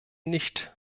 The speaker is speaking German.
nicht